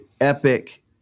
epic